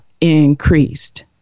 increased